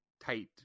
tight